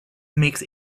makes